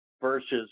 versus